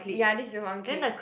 ya this is the one clay